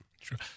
Sure